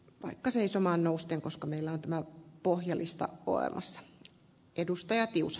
vaikka seisomaan nousten koska meillä tämä pohjalista arvoisa puhemies